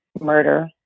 murder